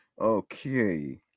Okay